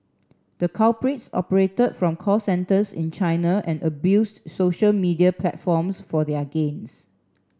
the culprits operated from call centres in China and abused social media platforms for their gains